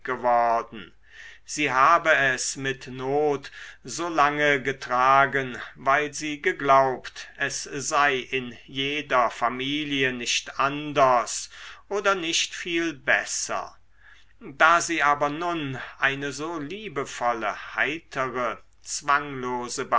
geworden sie habe es mit not so lange getragen weil sie geglaubt es sei in jeder familie nicht anders oder nicht viel besser da sie aber nun eine so liebevolle heitere zwanglose